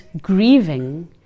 grieving